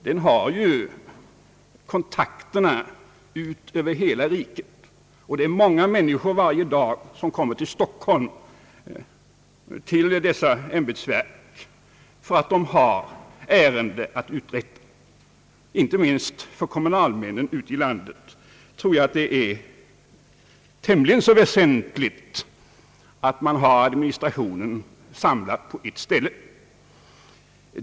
Den har kontakter ut över hela riket, och varje dag kommer många människor till dessa ämbetsverk i Stockholm därför att de har ärenden att uträtta. Jag tror att det är väsentligt inte minst för kommunalmännen ute i landet att man har administrationen samlad på ett ställe.